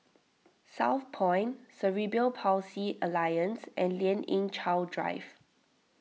Southpoint Cerebral Palsy Alliance and Lien Ying Chow Drive